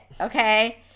Okay